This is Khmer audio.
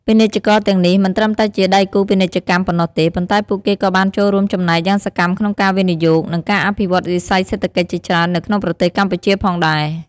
ពាណិជ្ជករទាំងនេះមិនត្រឹមតែជាដៃគូពាណិជ្ជកម្មប៉ុណ្ណោះទេ ប៉ុន្តែពួកគេក៏បានចូលរួមចំណែកយ៉ាងសកម្មក្នុងការវិនិយោគ និងការអភិវឌ្ឍវិស័យសេដ្ឋកិច្ចជាច្រើននៅក្នុងប្រទេសកម្ពុជាផងដែរ។